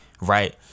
Right